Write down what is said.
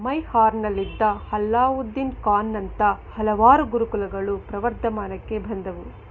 ಮೈಹಾರ್ನಲ್ಲಿದ್ದ ಅಲ್ಲಾವುದ್ದೀನ್ ಖಾನ್ನಂಥ ಹಲವಾರು ಗುರುಕುಲಗಳು ಪ್ರವರ್ಧಮಾನಕ್ಕೆ ಬಂದವು